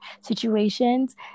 situations